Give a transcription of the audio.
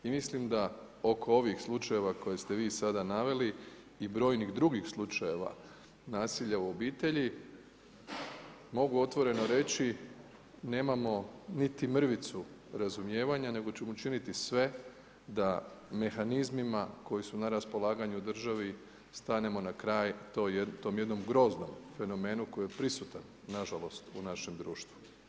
I mislim da oko ovih slučajeva koje ste vi sada naveli i brojnih drugih slučajeva nasilja u obitelji mogu otvoreno reći nemamo niti mrvicu razumijevanja nego ćemo učiniti sve da mehanizmima koji su na raspolaganju u državi stanemo na kraj tom jednom groznom fenomenu koji je prisutan nažalost u našem društvu.